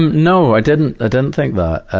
no, i didn't, i didn't think that.